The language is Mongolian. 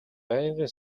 байнгын